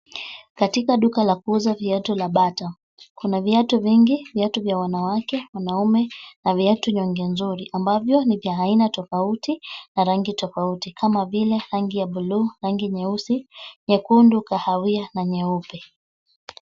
Katika duka la kuuza viatu la Bata kuna viatu vingi. Viatu vya wanawake, wanaume na viatu nzuri nzuri ambavyo ni vya aina tofauti na rangi tofauti kama vile rangi ya buluu, rangi nyeusi, nyekundu, kahawia na nyeupe.